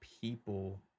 people